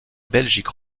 belgique